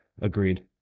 agreed